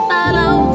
Follow